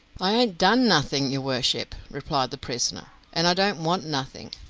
i ain't done nothing, your worship, replied the prisoner and i don't want nothing.